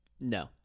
No